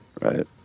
Right